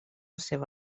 seva